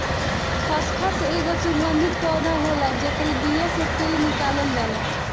खसखस एगो सुगंधित पौधा होला जेकरी बिया से तेल निकालल जाला